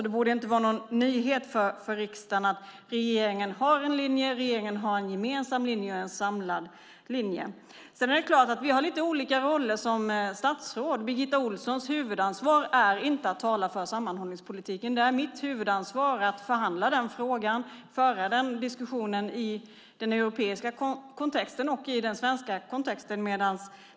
Det borde inte vara någon nyhet för riksdagen att regeringen har en linje, en gemensam och samlad linje. Sedan är det klart att vi har lite olika roller som statsråd. Birgitta Ohlssons huvudansvar är inte att tala för sammanhållningspolitiken. Det är mitt huvudansvar att förhandla den frågan och föra den diskussionen i den europeiska och svenska kontexten.